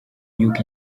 y’uko